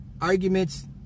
arguments